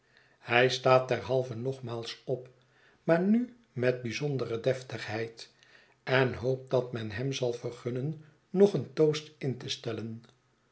hij staat derhalve nogmaals op maar nu met bijzondere deftigheid en hoopt dat men hem zal vergunnen nog een toast in te stellen